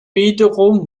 wiederum